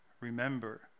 remember